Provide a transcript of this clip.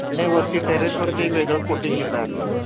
नाही वरती टेरेसवरती वेगळं कोटिंग घेतात हल्ली